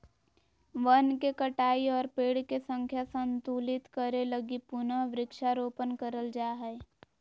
वन के कटाई और पेड़ के संख्या संतुलित करे लगी पुनः वृक्षारोपण करल जा हय